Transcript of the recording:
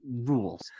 rules